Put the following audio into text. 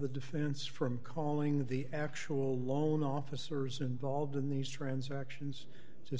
the defense from calling the actual loan officers involved in these transactions to